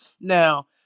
Now